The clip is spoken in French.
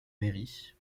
mairie